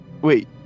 wait